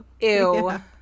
Ew